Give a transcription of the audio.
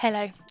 Hello